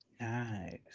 Nice